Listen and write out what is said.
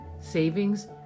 savings